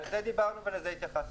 על זה דיברנו ולזה התייחסנו.